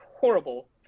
horrible